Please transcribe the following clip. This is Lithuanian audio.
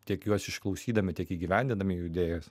tiek juos išklausydami tiek įgyvendindami jų idėjas